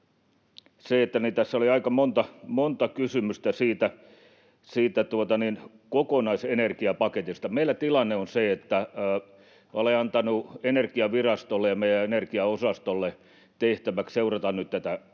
Tässä oli aika monta kysymystä siitä kokonaisenergiapaketista. Meillä tilanne on se, että olen antanut Energiavirastolle ja meidän energiaosastollemme tehtäväksi seurata nyt tätä